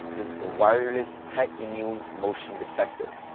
this is a wireless pet-immune motion detector.